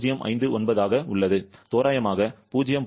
059 ஆக உள்ளது தோராயமாக 0